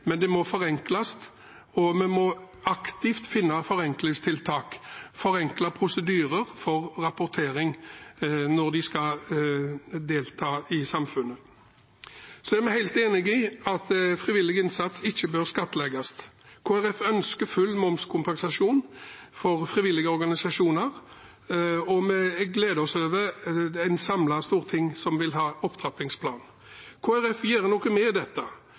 forenkle prosedyrer for rapportering når de skal delta i samfunnet. Vi er helt enig i at frivillig innsats ikke bør skattlegges. Kristelig Folkeparti ønsker full momskompensasjon for frivillige organisasjoner, og vi gleder oss over at et samlet storting vil ha en opptrappingsplan. Kristelig Folkeparti gjør noe med dette,